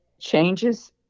changes